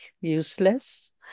useless